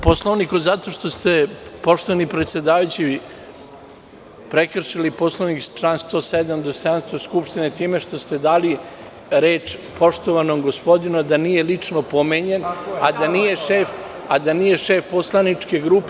Po Poslovniku, zato što ste poštovani predsedavajući prekršili Poslovnik član 107. dostojanstvo Skupštine time što ste dali reč poštovanom gospodinu, a da nije lično pomenut, a da nije šef poslaničke grupe.